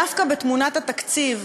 דווקא בתמונת התקציב,